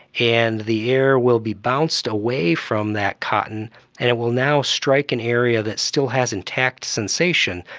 and the air will be bounced away from that cotton and it will now strike an area that still has intact sensation,